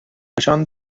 نشان